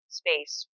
space